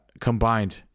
combined